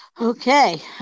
Okay